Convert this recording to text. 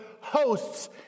hosts